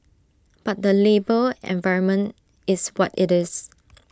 but the labour environment is what IT is